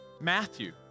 Matthew